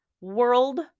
world